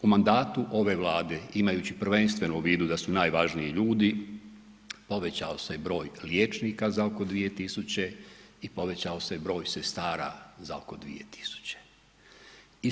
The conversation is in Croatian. U mandatu ove Vlade imajući prvenstveno u vidu da su najvažniji ljudi, povećao se broj liječnika za oko 2 tisuće i povećao se broj sestara za oko 2 tisuće.